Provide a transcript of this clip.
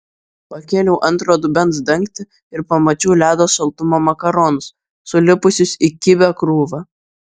pakėliau antro dubens dangtį ir pamačiau ledo šaltumo makaronus sulipusius į kibią krūvą